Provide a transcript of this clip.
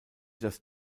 das